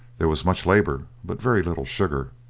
there was much labour, but very little sugar.